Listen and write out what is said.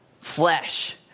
flesh